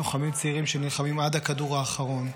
לוחמים צעירים שנלחמים עד הכדור האחרון,